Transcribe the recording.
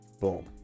boom